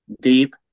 deep